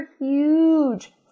huge